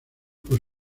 por